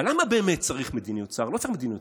אבל למה באמת צריך מדיניות שר?